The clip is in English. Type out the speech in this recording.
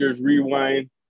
rewind